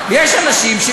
השני,